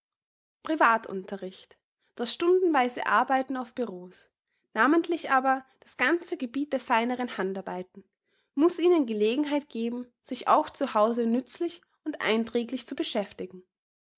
privatunterricht das stundenweise arbeiten auf büreau's namentlich aber das ganze gebiet der feineren handarbeiten muß ihnen gelegenheit geben sich auch zu hause nützlich und einträglich zu beschäftigen